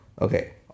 Okay